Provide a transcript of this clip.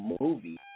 movie